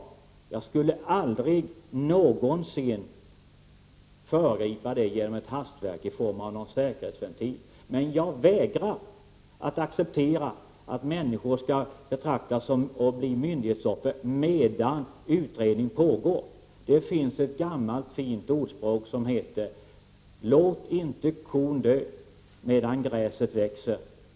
Jag skulle aldrig någonsin föregripa det genom ett hastverk i form av någon säkerhetsventil. Men jag vägrar att acceptera att människor skall bli myndighetsoffer medan utredning pågår. Det finns ett gammalt fint ordspråk: Låt inte kon dö medan gräset växer.